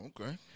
okay